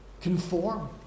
Conform